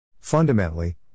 Fundamentally